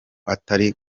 atari